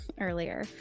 earlier